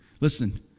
Listen